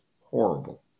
horrible